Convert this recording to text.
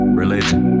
religion